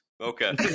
Okay